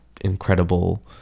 incredible